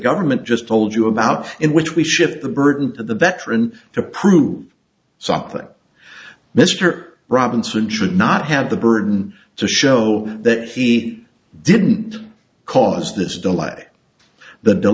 government just told you about in which we shift the burden to the veteran to prove something mr robinson should not have the burden to show that he didn't cause this delay the